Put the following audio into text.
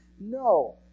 No